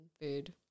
food